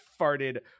farted